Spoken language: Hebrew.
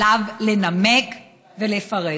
עליו לנמק ולפרט.